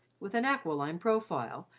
with an aquiline profile,